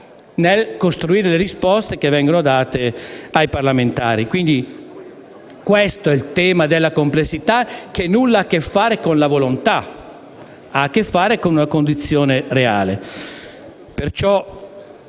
nel costruire le risposte che vengono date ai parlamentari. Questo è il tema della complessità, che ha a che fare non con la volontà, ma con una condizione reale.